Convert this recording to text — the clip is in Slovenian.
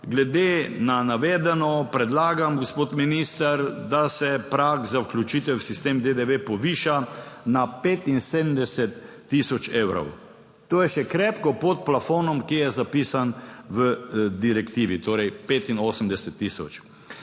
glede na navedeno, predlagam, gospod minister, da se prag za vključitev v sistem DDV poviša na 75 tisoč evrov, to je še krepko pod plafonom, ki je zapisan v direktivi, torej 85 tisoč.